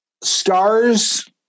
Stars